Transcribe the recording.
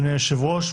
אדוני היושב-ראש,